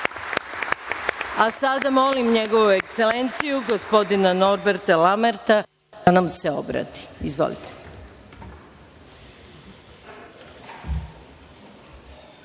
molim NJegovu Ekselenciju, gospodina Norberta Lamerta, da nam se obrati. Izvolite.